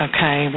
Okay